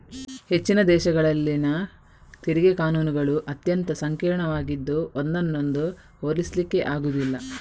ಹೆಚ್ಚಿನ ದೇಶಗಳಲ್ಲಿನ ತೆರಿಗೆ ಕಾನೂನುಗಳು ಅತ್ಯಂತ ಸಂಕೀರ್ಣವಾಗಿದ್ದು ಒಂದನ್ನೊಂದು ಹೋಲಿಸ್ಲಿಕ್ಕೆ ಆಗುದಿಲ್ಲ